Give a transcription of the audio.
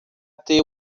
ter